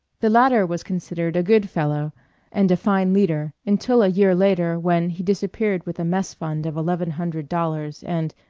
the latter was considered a good fellow and a fine leader, until a year later, when he disappeared with a mess fund of eleven hundred dollars and,